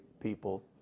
people